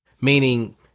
meaning